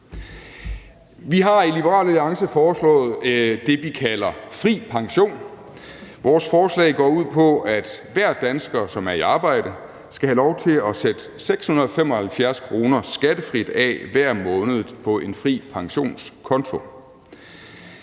Vi har i Liberal Alliance foreslået det, vi kalder fri pension. Vores forslag går ud på, at hver dansker, som er i arbejde, skal have lov til at sætte 675 kr. skattefrit af hver måned på en fri pensionskonto.